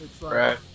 Right